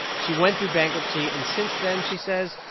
she went through bankruptcy. and since then, she says,